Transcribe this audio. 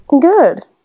good